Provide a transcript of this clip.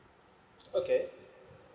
okay